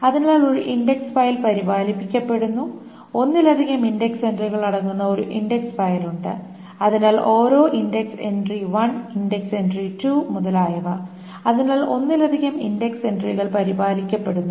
അതിനാൽ ഒരു index file പരിപാലിക്കപ്പെടുന്നു ഒന്നിലധികം ഇൻഡക്സ് എൻട്രികൾ അടങ്ങുന്ന ഒരു ഇൻഡെക്സ് ഫയൽ ഉണ്ട് അതിനാൽ ഓരോ ഇൻഡക്സ് എൻട്രി 1 ഇൻഡക്സ് എൻട്രി 2 മുതലായവ അതിനാൽ ഒന്നിലധികം ഇൻഡക്സ് എൻട്രികൾ പരിപാലിക്കപ്പെടുന്നു